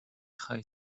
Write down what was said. خواید